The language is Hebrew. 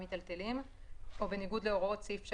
מיטלטלים או בניגוד להוראות סעיף 3(א)